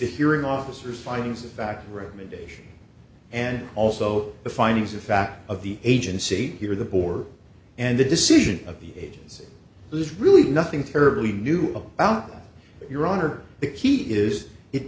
hearing officers findings of fact recommendation and also the findings of fact of the agency here the board and the decision of the agency there's really nothing terribly new about your honor the key is it